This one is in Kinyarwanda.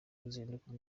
ruzinduko